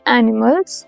animals